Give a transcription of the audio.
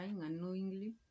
unknowingly